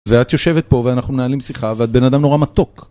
ואת יושבת פה ואנחנו מנהלים שיחה ואת בן אדם נורא מתוק.